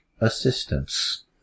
assistance